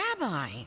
Rabbi